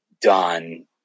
done